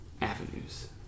avenues